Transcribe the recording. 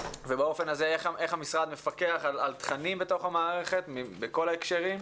ובאופן הזה איך המשרד מפקח על תכנים בתוך המערכת בכל ההקשרים.